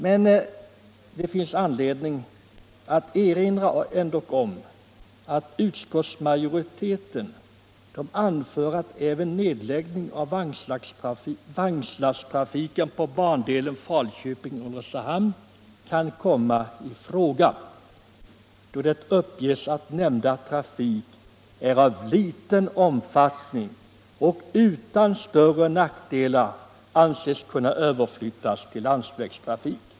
Men det finns anledning att erinra om att utskottsmajoriteten anför att även en nedläggning av vagnslasttrafiken på bandelen Falköping-Ulricehamn kan komma i fråga, då det uppges att nämnda trafik är av liten omfattning och utan större nackdelar anses kunna överflyttas till landsvägstrafik.